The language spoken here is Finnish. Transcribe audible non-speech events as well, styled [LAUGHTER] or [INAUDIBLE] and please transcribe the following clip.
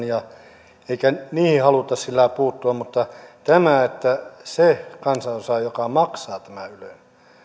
[UNINTELLIGIBLE] ja haluamme niitä emmekä niihin halua sillä lailla puuttua mutta se kansanosa joka maksaa tämän ylen